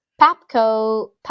Papco